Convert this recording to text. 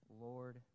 Lord